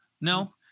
No